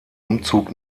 umzug